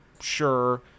Sure